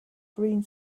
green